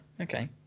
Okay